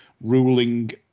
Ruling